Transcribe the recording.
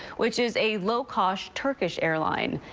which is a low-cost turkish airline.